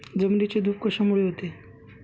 जमिनीची धूप कशामुळे होते?